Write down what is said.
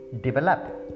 develop